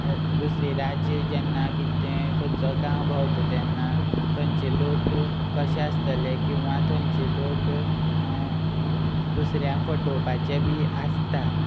दुसरे राज्य जेन्ना कितें खंयचो गांव भोंवता तेन्ना थंयचे लोक कशें आसतले किंवां थंयचे लोक दुसऱ्यांक फटोवपाचे बी आसता